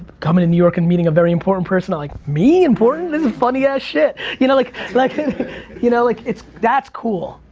coming to new york and meeting a very important person. i'm like me? important? this is funny-ass shit. you know like like you know like that's cool,